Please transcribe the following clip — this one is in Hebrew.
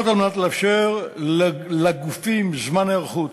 כדי לאפשר לגופים זמן היערכות.